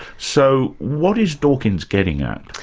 so what is dawkins getting at?